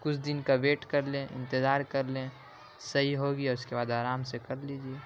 کچھ دن کا ویٹ کر لیں انتظار کر لیں صحیح ہو گیا اس کے بعد آرام سے کر لیجیے